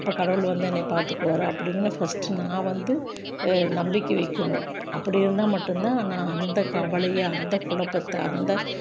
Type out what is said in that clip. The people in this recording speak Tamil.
அப்போ கடவுள் வந்து என்னை பார்த்துக்குவாரு அப்படின்னு ஃபஸ்ட்டு நான் வந்து நம்பிக்கை வைக்கணும் அப்படி இருந்தால் மட்டுந்தான் நான் அந்த கவலையே அந்த குழப்பத்தை அந்த